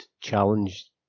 challenge